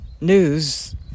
news